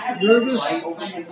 nervous